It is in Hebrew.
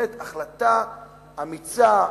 החלטה אמיצה,